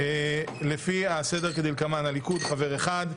לפי הסדר הזה: לליכוד חבר אחד,